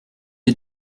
est